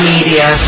Media